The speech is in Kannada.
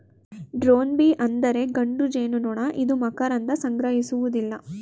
ಡ್ರೋನ್ ಬೀ ಅಂದರೆ ಗಂಡು ಜೇನುನೊಣ ಇದು ಮಕರಂದ ಸಂಗ್ರಹಿಸುವುದಿಲ್ಲ